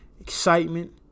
excitement